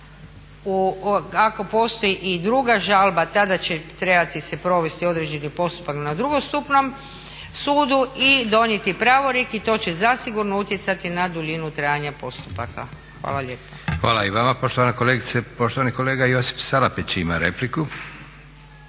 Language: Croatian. ako postoji i druga žalba tada će trebati se provesti određeni postupak na drugostupnom sudu i donijeti pravorijek i to zasigurno utjecati na duljinu trajanja postupaka. Hvala lijepa. **Leko, Josip (SDP)** Hvala